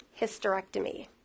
hysterectomy